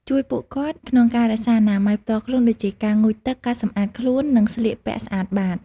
ជួយពួកគាត់ក្នុងការរក្សាអនាម័យផ្ទាល់ខ្លួនដូចជាការងូតទឹក ការសម្អាតខ្លួន និងស្លៀកពាក់ស្អាតបាត។